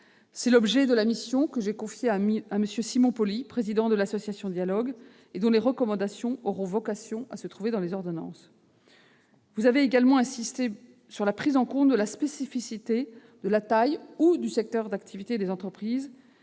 C'est l'objet de la mission que j'ai confiée à M. Simonpoli, président de l'association Dialogues, dont les recommandations auront vocation à trouver leur traduction dans les ordonnances. Vous avez également insisté sur la prise en compte de la spécificité de la taille ou du secteur d'activité des entreprises,